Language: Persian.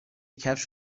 کفش